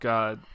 God